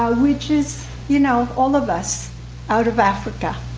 which is you know all of us out of africa.